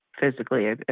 physically